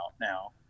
now